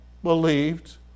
Believed